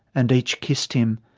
and each kissed him,